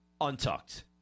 untucked